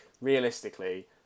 realistically